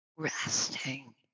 Resting